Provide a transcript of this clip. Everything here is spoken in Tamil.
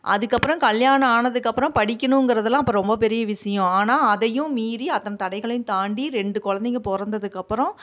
அதுக்கப்பறம் கல்யாணம் ஆனதுக்கப்பறம் படிக்கணும்ங்கிறதெல்லாம் அப்போ ரொம்ப பெரிய விஷயம் ஆனால் அதையும் மீறி அத்தனை தடைகளையும் தாண்டி ரெண்டு குழந்தைங்க பொறந்ததுக்கப்பறம்